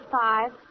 five